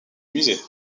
musée